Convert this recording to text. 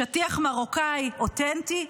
שטיח מרוקאי אותנטי,